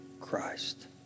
Christ